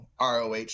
roh